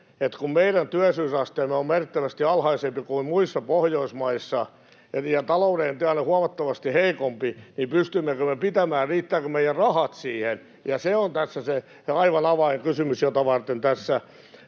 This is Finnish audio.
että kun meidän työllisyysasteemme on merkittävästi alhaisempi kuin muissa Pohjoismaissa ja talouden tilanne huomattavasti heikompi, niin pystymmekö me pitämään, riittävätkö meidän rahat siihen. Se on tässä se aivan avainkysymys, jota varten tässä